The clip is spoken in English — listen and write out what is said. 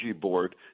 board